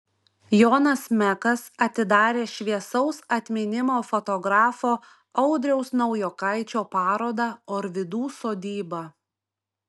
jonas mekas atidarė šviesaus atminimo fotografo audriaus naujokaičio parodą orvidų sodyba